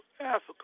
Africa